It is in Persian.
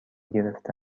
گرفته